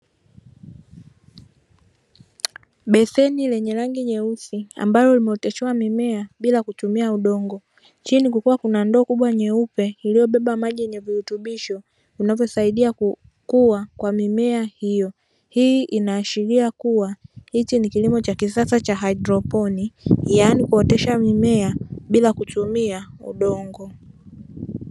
Beseni lenye rangi nyeusi ambalo limeoteshewa mimea bila kutumika udongo, chini kukiwa kuna ndoo kubwa nyeupe iliyobeba maji yenye virutubisho inayosaidia kukua kwa mimea hiyo. Hii inaashiria kuwa hiki ni kilimo cha kisasa cha haidroponi yaani kuotesha mimea bila kutumia udongo.